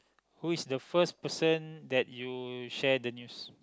who is the first person that you share the news